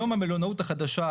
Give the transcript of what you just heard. היום המלונאות החדשה,